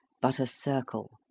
but a circle,